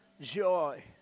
joy